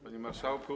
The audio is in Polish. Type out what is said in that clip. Panie Marszałku!